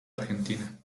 argentina